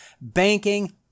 banking